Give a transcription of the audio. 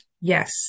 yes